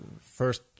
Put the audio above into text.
First